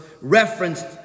referenced